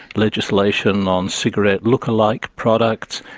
legislation on cigarette lookalike products,